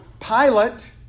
Pilate